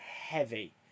heavy